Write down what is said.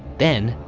then,